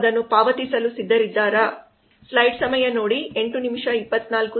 ಅವರು ಅದನ್ನು ಪಾವತಿಸಲು ಸಿದ್ಧರಿದ್ದೀರಾ